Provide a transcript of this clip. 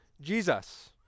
Jesus